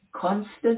constant